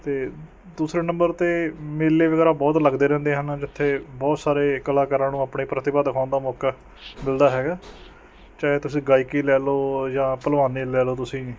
ਅਤੇ ਦੂਸਰੇ ਨੰਬਰ 'ਤੇ ਮੇਲੇ ਵਗੈਰਾ ਬਹੁਤ ਲੱਗਦੇ ਰਹਿੰਦੇ ਹਨ ਜਿੱਥੇ ਬਹੁਤ ਸਾਰੇ ਕਲਾਕਾਰਾਂ ਨੂੰ ਆਪਣੇ ਪ੍ਰਤਿਭਾ ਦਿਖਾਉਣ ਦਾ ਮੌਕਾ ਮਿਲਦਾ ਹੈਗਾ ਚਾਹੇ ਤੁਸੀਂ ਗਾਇਕੀ ਲੈ ਲਓ ਜਾਂ ਭਲਵਾਨੀ ਲੈ ਲਓ ਤੁਸੀਂ